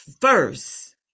first